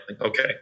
Okay